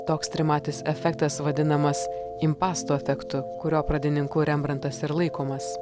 toks trimatis efektas vadinamas impasto efektu kurio pradininku rembrantas ir laikomas